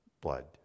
blood